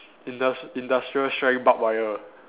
indust~ industrial strength barbed wire